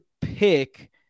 pick